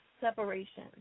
separation